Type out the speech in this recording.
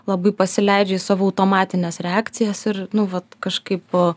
labai pasileidžia į savo automatines reakcijas ir nu vat kažkaip